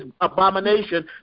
abomination